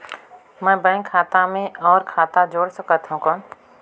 मैं बैंक खाता मे और खाता जोड़ सकथव कौन?